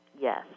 Yes